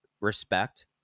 respect